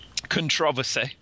controversy